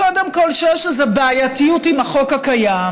קודם כול, יש איזו בעייתיות עם החוק הקיים.